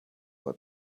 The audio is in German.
bei